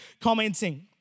commenting